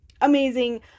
amazing